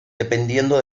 dependiendo